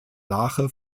lache